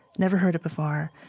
never heard it before,